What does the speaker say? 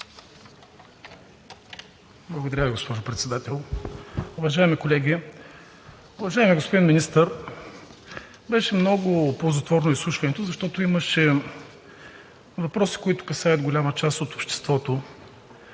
Благодаря Ви, госпожо Председател. Уважаеми колеги! Уважаеми господин Министър, беше много ползотворно изслушването, защото имаше въпроси, които касаят голяма част от обществото.